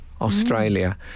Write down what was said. Australia